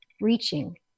reaching